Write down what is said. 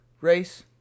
race